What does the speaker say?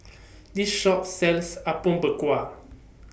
This Shop sells Apom Berkuah